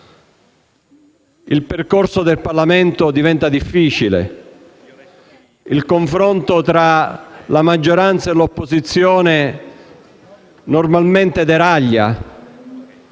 il percorso del Parlamento diventa difficile: il confronto tra la maggioranza e l'opposizione normalmente deraglia,